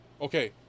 okay